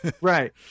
Right